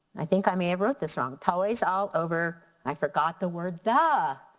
i think i may have wrote this wrong, toys all over, i forgot the word the.